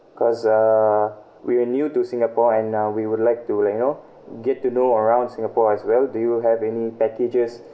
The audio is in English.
cause uh we're new to singapore and uh we would like to like you know get to know around singapore as well do you have any packages